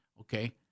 okay